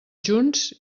junts